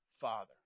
Father